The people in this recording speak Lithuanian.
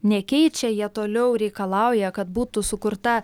nekeičia jie toliau reikalauja kad būtų sukurta